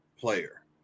Player